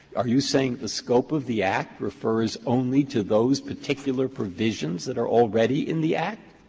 are you saying the scope of the act refers only to those particular provisions that are already in the act,